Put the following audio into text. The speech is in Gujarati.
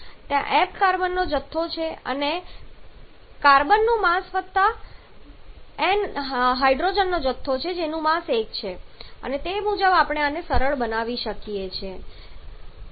ત્યાં m કાર્બનનો જથ્થો છે અને કાર્બનનું માસ 12 વત્તા n હાઇડ્રોજન જથ્થો છે જેનું માસ 1 છે અને તે મુજબ આપણે આને સરળ બનાવી શકીએ છીએ